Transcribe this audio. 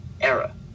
era